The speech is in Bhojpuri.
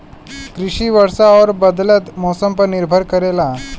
कृषि वर्षा और बदलत मौसम पर निर्भर करेला